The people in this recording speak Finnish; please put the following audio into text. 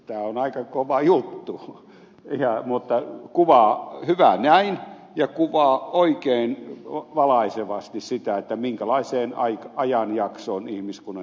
tämä on aika kova juttu mutta hyvä näin ja kuvaa oikein valaisevasti sitä minkälaiseen ajanjaksoon ihmiskunnan